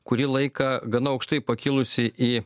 kurį laiką gana aukštai pakilusi į